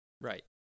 Right